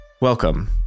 Welcome